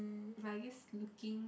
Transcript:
but I guess looking